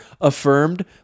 affirmed